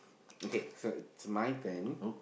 okay so it's my turn